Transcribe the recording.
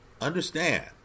understand